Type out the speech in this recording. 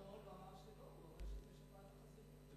ראיתי אותו אתמול והוא אומר שלא, זו שפעת החזירים.